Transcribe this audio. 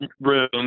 room